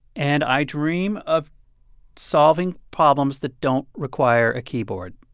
and i dream of solving problems that don't require a keyboard.